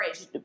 age